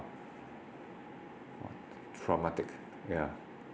traumatic yeah